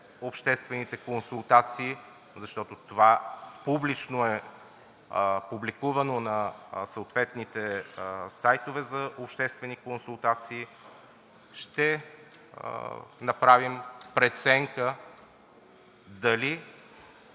обществените консултации, защото това е публикувано публично на съответните сайтове за обществени консултации, ще направим преценка дали